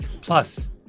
Plus